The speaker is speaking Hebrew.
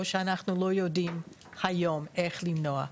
או שאנחנו לא יודעים היום איך למנוע,